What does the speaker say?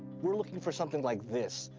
we're looking for something like this.